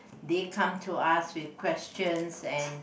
they come to us with questions and